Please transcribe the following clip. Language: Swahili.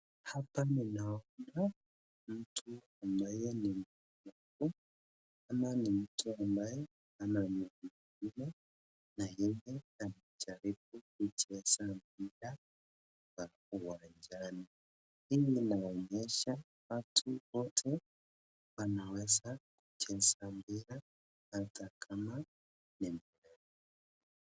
Hapa ninaona mtu ambaye ni mlemavu ama ni mtu ambaye ana mguu mmoja na yeye anajaribu kucheza mpira kwa uwanjani. Hii inaonyesha watu wote wanaweza kucheza mpira hata kama ni mlemavu.